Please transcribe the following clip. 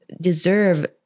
deserve